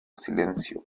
silencio